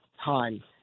time